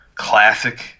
classic